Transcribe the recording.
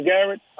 Garrett